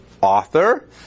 author